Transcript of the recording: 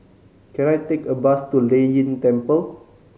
can I take a bus to Lei Yin Temple